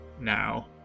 now